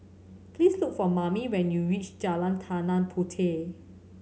please look for Mame when you reach Jalan Tanah Puteh